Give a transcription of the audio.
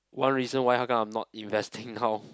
one reason why how come I'm not investing now